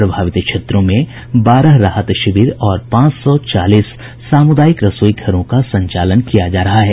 प्रभावित क्षेत्रों में बारह राहत शिविर और पांच सौ चालीस सामुदायिक रसोई घरों का संचालन किया जा रहा है